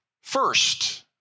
first